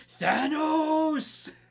Thanos